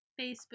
Facebook